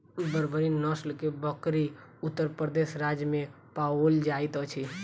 बर्बरी नस्ल के बकरी उत्तर प्रदेश राज्य में पाओल जाइत अछि